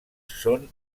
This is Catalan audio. són